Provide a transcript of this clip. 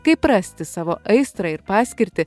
kaip rasti savo aistrą ir paskirtį